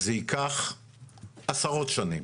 זה ייקח עשרות שנים.